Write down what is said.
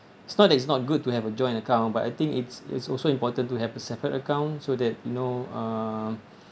it's not that it's not good to have a joint account but I think it's it's also important to have a separate account so that you know uh